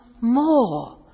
more